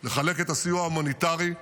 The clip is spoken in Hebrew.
לחלק את הסיוע ההומניטרי.